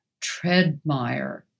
Treadmire